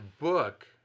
book